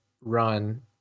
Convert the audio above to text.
run